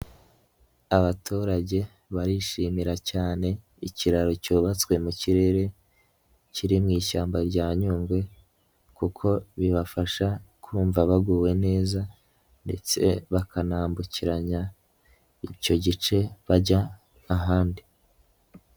Abaturage barishimira cyane ikiraro cyubatswe mu kirere kiri mu ishyamba rya Nyungwe, kuko bibafasha kumva baguwe neza ndetse bakanambukiranya icyo gice bajya ahandi.